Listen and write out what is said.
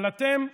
אבל אתם,